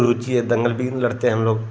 रुचि है दंगल भी लड़ते हम लोग